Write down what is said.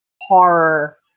horror